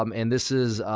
um and this is,